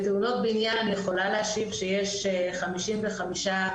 בתאונות בניין יש חמישים וחמישה,